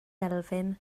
elfyn